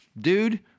dude